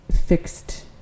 fixed